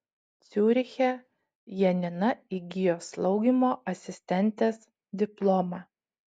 ciuriche janina įgijo slaugymo asistentės diplomą